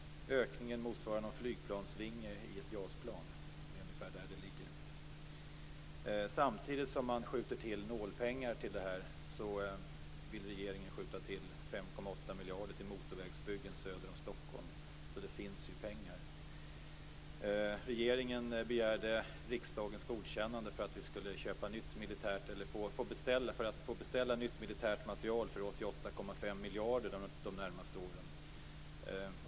Ökningen motsvarar någon flygplansvinge på ett JAS-plan - det är ungefär där det ligger. Samtidigt som regeringen skjuter till nålpengar till detta vill den skjuta till 5,8 miljarder till motorvägsbyggen söder om Stockholm. Det finns alltså pengar. Regeringen begärde riksdagens godkännande för att få beställa nytt militärt material för 88,5 miljarder de närmaste åren.